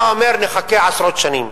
זה אומר שנחכה עשרות שנים.